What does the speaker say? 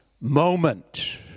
moment